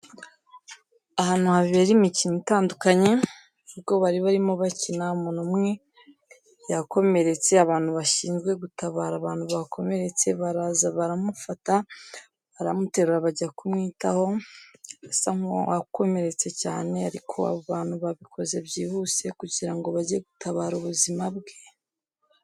Ahantu habera imikino itandukanye, ubwo bari barimo bakina umuntu umwe yakomeretse abantu bashinzwe gutabara abantu bakomeretse baraza baramufata, baramuterura bajya kumwitaho, asa nk'uwakomeretse cyane ariko abo abantu babikoze byihuse kugira ngo bajye gutabara ubuzima bwe.